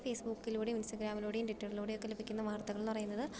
ഫേസ്ബുക്കിലൂടെയും ഇൻസ്റ്റഗ്രാമിലൂടെയും ട്വിറ്ററിലൂടെയും ഒക്കെ ലഭിക്കുന്ന വാർത്തകളെന്നു പറയുന്നത്